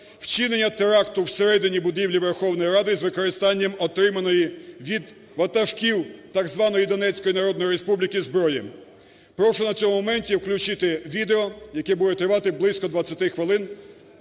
вчинення теракту в середині будівлі Верховної Ради з використанням отриманої від ватажків так званої "Донецької народної республіки" зброї. Прошу на цьому моменті включити відео, яке буде тривати близько 20 хвилин.